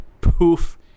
poof